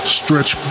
stretch